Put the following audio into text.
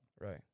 Right